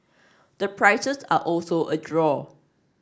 the prices are also a draw